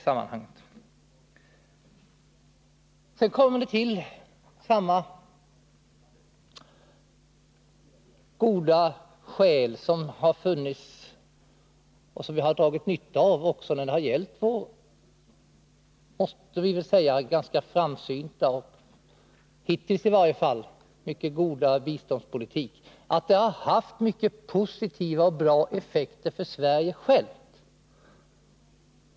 Sedan tillkommer samma goda skäl som har funnits — och som vi har dragit nytta av — när det gällt vår, det måste vi väl säga, ganska framsynta och, hittills, i varje fall, mycket goda biståndspolitik, nämligen att den har haft mycket positiva effekter för Sverige självt.